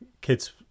kids